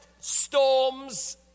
storms